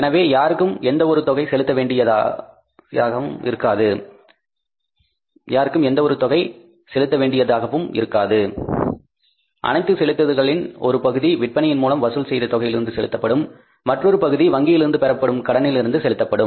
எனவே யாருக்கும் எந்த ஒரு தொகை செலுத்த வேண்டியதாக இருக்காது அனைத்து செலுத்துதல்களின் ஒரு பகுதி விற்பனையின் மூலம் வசூல் செய்த தொகையிலிருந்து செலுத்தப்படும் மற்றொரு பகுதி வங்கியிலிருந்து பெறப்படும் கடனிலிருந்து செலுத்தப்படும்